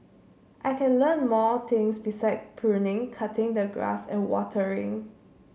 I can learn more things besides pruning cutting the grass and watering